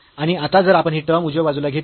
आणि आता जर आपण ही टर्म उजव्या बाजूला घेतली